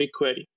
BigQuery